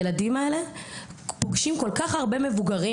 הילדים האלה פוגשים בכל כך הרבה מבוגרים.